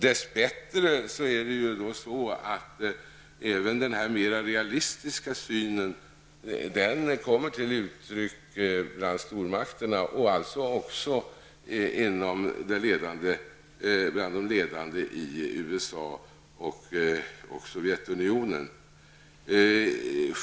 Dess bättre kommer även en mera realistisk syn till uttryck bland stormakterna, och alltså också bland de ledande i USA och Sovjetunionen.